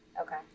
Okay